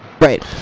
Right